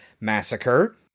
Massacre